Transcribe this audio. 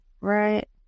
right